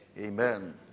Amen